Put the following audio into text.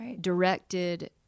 directed